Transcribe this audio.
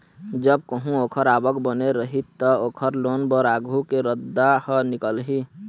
जब कहूँ ओखर आवक बने रही त, ओखर लोन बर आघु के रद्दा ह निकलही